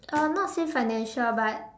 uh not say financial but